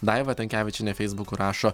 daiva tankevičienė feisbuku rašo